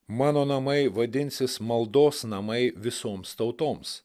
mano namai vadinsis maldos namai visoms tautoms